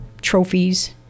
trophies